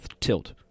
tilt